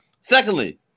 Secondly